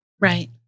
right